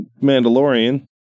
Mandalorian